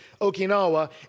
Okinawa